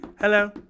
Hello